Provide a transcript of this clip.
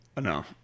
No